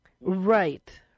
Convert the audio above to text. Right